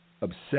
obsessed